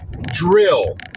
drill